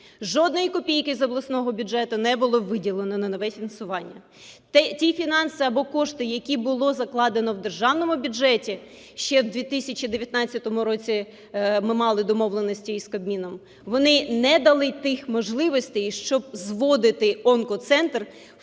жодної копійки з обласного бюджету не було виділено на нове фінансування. Ті фінанси або кошти, які було закладено в державному бюджеті, ще в 2019 році ми мали домовленості із Кабміном, вони не дали тих можливостей, щоб зводити онкоцентр